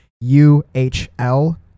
U-H-L